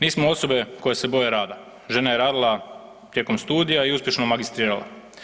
Nismo osobe koje se boje rada, žena je radila tijekom studija i uspješno magistrirala.